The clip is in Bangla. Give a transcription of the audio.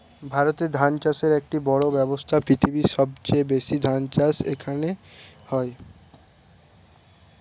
ভারতে ধান চাষ একটি বড়ো ব্যবসা, পৃথিবীর সবচেয়ে বেশি ধান চাষ এখানে হয়